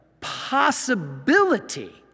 possibility